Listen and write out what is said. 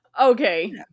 Okay